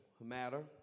matter